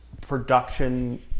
production